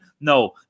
No